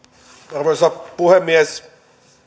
arvoisa puhemies